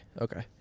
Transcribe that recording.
Okay